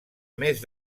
més